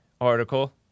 article